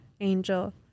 angel